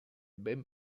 ben